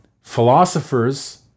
philosophers